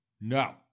No